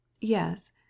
yes